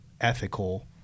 ethical